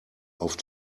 auf